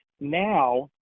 now